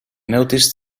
noticed